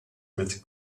with